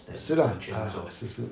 是 lah ah 是是